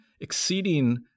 exceeding